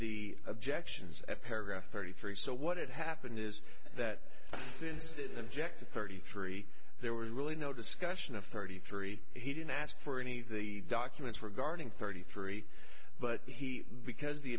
the objections at paragraph thirty three so what did happen is that since didn't object to thirty three there was really no discussion of thirty three he didn't ask for any the documents regarding thirty three but he because the